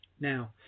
Now